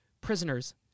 prisoners